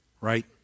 right